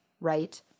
Right